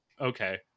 Okay